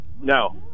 No